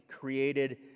created